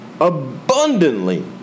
abundantly